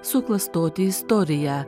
suklastoti istoriją